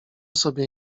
sobie